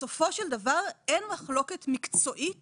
בסופו של דבר אין מחלוקת מקצועית